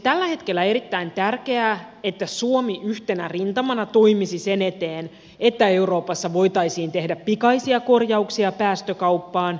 tällä hetkellä olisi erittäin tärkeää että suomi yhtenä rintamana toimisi sen eteen että euroopassa voitaisiin tehdä pikaisia korjauksia päästökauppaan